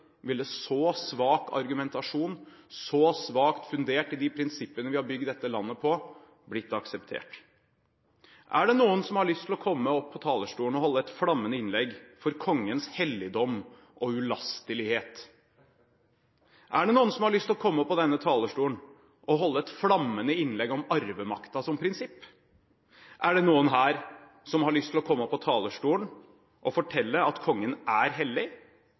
ville så svak argumentasjon, som er så svakt fundert i de prinsippene vi har bygd dette landet på, blitt akseptert. Er det noen som har lyst til å komme opp på talerstolen og holde et flammende innlegg for kongens helligdom og ulastelighet? Er det noen som har lyst til å komme opp på denne talerstolen og holde et flammende innlegg om arvemakten som prinsipp? Er det noen her som har lyst til å komme opp på talerstolen og fortelle at kongen er